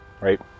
right